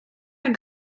had